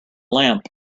lamp